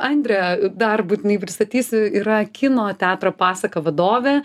andrė dar būtinai pristatysiu yra kino teatro pasaka vadovė